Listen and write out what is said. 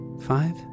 five